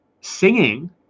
Singing